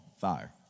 fire